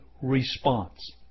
response